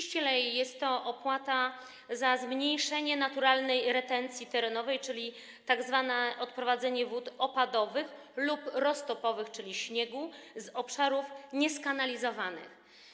Ściślej jest to opłata za zmniejszenie naturalnej retencji terenowej, czyli tzw. odprowadzenie wód opadowych lub roztopowych, czyli chodzi o śnieg, z obszarów nieskanalizowanych.